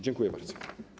Dziękuję bardzo.